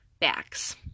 backs